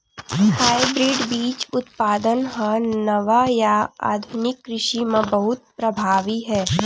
hybrid बीज उत्पादन हा नवा या आधुनिक कृषि मा बहुत प्रभावी हे